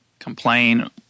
complain